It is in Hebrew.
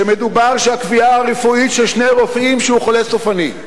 כשמדובר על כך שהקביעה הרפואית של שני רופאים שהוא חולה סופני,